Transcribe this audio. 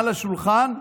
על השולחן,